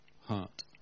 heart